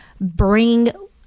bring